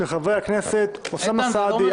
של חברי הכנסת אוסאמה סעדי,